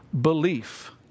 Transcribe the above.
belief